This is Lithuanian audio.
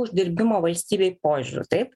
uždirbimo valstybei požiūriu taip